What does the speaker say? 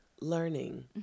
learning